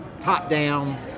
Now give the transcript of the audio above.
top-down